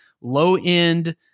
low-end